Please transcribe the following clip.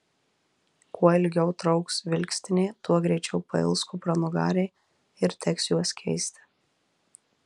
kuo ilgiau trauks vilkstinė tuo greičiau pails kupranugariai ir teks juos keisti